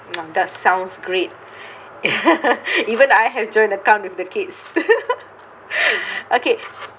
that sounds great even I have joint account with the kids okay